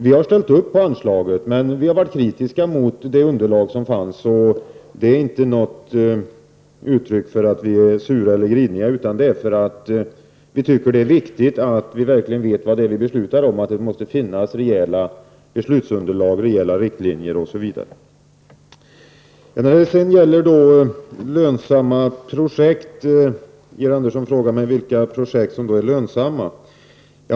Vi har ställt upp på anslaget, men vi har varit kritiska mot det underlag som fanns, och det är inte något uttryck för att vi är sura eller griniga, utan det är för att vi tycker att det är viktigt att verkligen veta vad vi beslutar om. Det måste finnas rejäla beslutsunderlag, rejäla riktlinjer, osv. Georg Andersson frågade mig vilka projekt som är lönsamma.